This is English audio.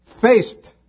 faced